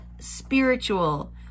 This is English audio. spiritual